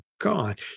God